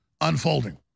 unfolding